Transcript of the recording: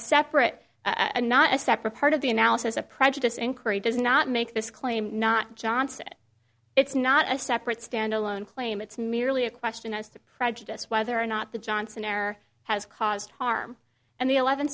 separate and not a separate part of the analysis a prejudice in craig does not make this claim not johnson it's not a separate standalone claim it's merely a question as to prejudice whether or not the johnson err has caused harm and the eleven